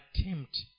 attempt